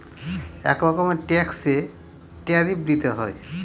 এক রকমের ট্যাক্সে ট্যারিফ দিতে হয়